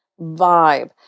vibe